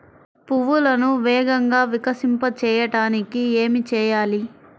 పువ్వులను వేగంగా వికసింపచేయటానికి ఏమి చేయాలి?